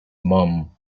mum